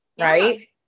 Right